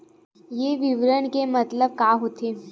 ये विवरण के मतलब का होथे?